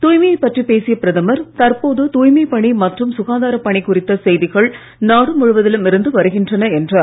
தூய்மையைப் பற்றி பேசிய பிரதமர் தற்போது தூய்மைப் பணி மற்றும சுகாதாரப் பணி குறித்த செய்திகள் நாடு முழுவதிலும் இருந்து வருகின்றன என்றார்